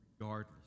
Regardless